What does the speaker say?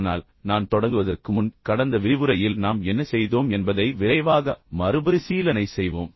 ஆனால் நான் தொடங்குவதற்கு முன் கடந்த விரிவுரையில் நாம் என்ன செய்தோம் என்பதை விரைவாக மறுபரிசீலனை செய்வோம்